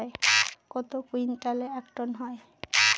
কত কুইন্টালে এক টন হয়?